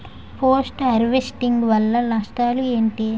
Post harvesting వల్ల నష్టాలు ఏంటి?